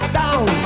down